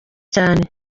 cyane